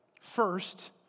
first